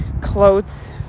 clothes